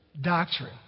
Doctrine